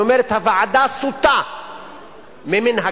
ואומרת: "הוועדה סוטה ממנהגה",